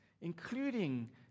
including